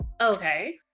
okay